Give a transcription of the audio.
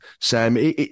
Sam